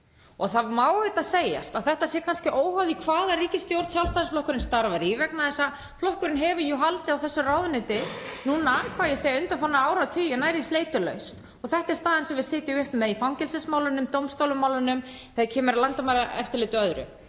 Það má segja að þetta sé kannski óháð því hvaða ríkisstjórn Sjálfstæðisflokkurinn starfar í vegna þess að flokkurinn hefur jú haldið á þessu ráðuneyti, hvað á ég að segja, undanfarna áratugi nær sleitulaust og þetta er staðan sem við sitjum uppi með í fangelsismálunum, dómstólamálunum, þegar kemur að landamæraeftirliti og öðru.